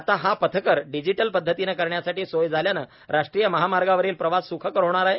आता हा पथकर डिजिटल पदधतीनं करण्यासाठी सोय झाल्यान राष्ट्रीय महामार्गावरील प्रवास सुखकर होणार आहे